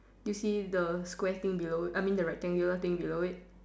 do you see the square thing below it I mean the rectangular thing below it